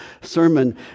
sermon